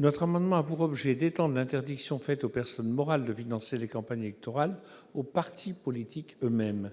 Notre amendement a pour objet d'étendre l'interdiction faite aux personnes morales de financer les campagnes électorales aux partis politiques eux-mêmes.